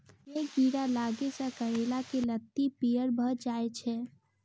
केँ कीड़ा लागै सऽ करैला केँ लत्ती पीयर भऽ जाय छै?